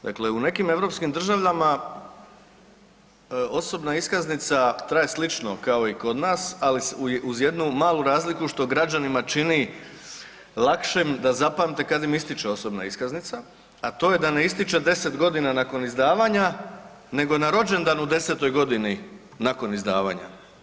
Dakle, u nekim europskim državama osobna iskaznica traje slično kao i kod nas, ali uz jednu malu razliku što građanima čini lakšim da zapamte kad im istječe osobna iskaznica, a to je da ne istječe 10.g. nakon izdavanja nego na rođendan u 10.g. nakon izdavanja.